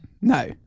no